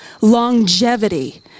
Longevity